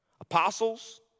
Apostles